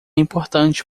importante